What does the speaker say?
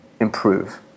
improve